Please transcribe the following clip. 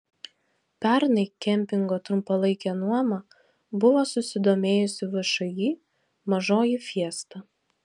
pernai kempingo trumpalaike nuoma buvo susidomėjusi všį mažoji fiesta